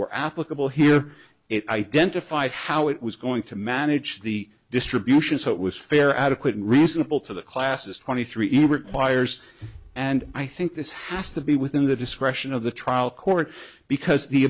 were applicable here it identified how it was going to manage the distribution so it was fair adequate reasonable to the classes twenty three even requires and i think this has to be within the discretion of the trial court because the